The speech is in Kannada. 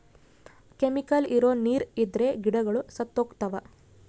ಕೆಮಿಕಲ್ ಇರೋ ನೀರ್ ಇದ್ರೆ ಗಿಡಗಳು ಸತ್ತೋಗ್ತವ